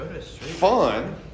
Fun